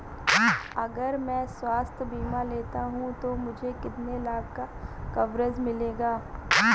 अगर मैं स्वास्थ्य बीमा लेता हूं तो मुझे कितने लाख का कवरेज मिलेगा?